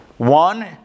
One